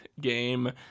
game